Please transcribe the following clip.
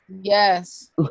Yes